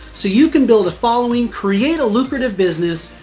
so you can build a following, create a lucrative business,